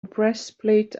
breastplate